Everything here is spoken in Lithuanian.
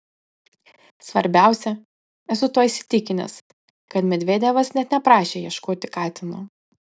svarbiausia esu tuo įsitikinęs kad medvedevas net neprašė ieškoti katino